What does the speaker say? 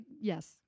Yes